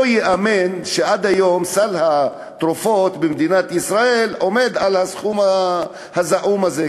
לא ייאמן שעד היום סל התרופות במדינת ישראל עומד על הסכום הזעום הזה,